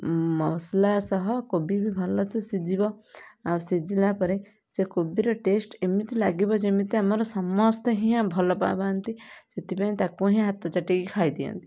ମସଲା ସହ କୋବି ବି ଭଲ ସେ ସିଝିବ ଆଉ ସିଝିଲା ପରେ ସେ କୋବିର ଟେଷ୍ଟ ଏମିତି ଲାଗିବ ଯେମିତି ଆମର ସମସ୍ତେ ହିଁ ଭଲ ପାଆନ୍ତି ସେଥିପାଇଁ ତାକୁ ହିଁ ହାତ ଚାଟିକି ଖାଇ ଦିଅନ୍ତି